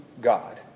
God